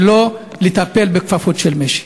ולא לטפל בכפפות של משי.